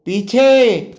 पीछे